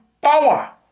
power